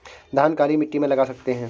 धान काली मिट्टी में लगा सकते हैं?